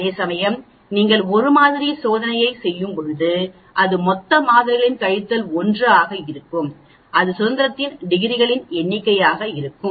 அதேசமயம் நீங்கள் ஒரு மாதிரி சோதனையைச் செய்யும்போது அது மொத்த மாதிரிகள் கழித்தல் 1 ஆக இருக்கும் அது சுதந்திரத்தின் டிகிரிகளின் எண்ணிக்கையாக இருக்கும்